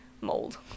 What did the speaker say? mold